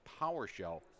PowerShell